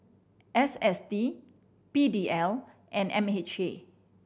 S S T P D L and M H A